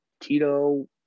Tito